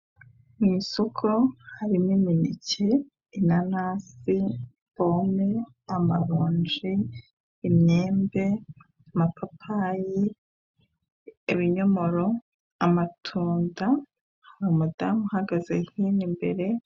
Mu isoko harimo imineke, inanasi, pome, amaronji, imyembe ,amapapayi ibinyomoro, amatunda umudamu uhagaze nkine imbere.